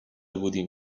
بودیم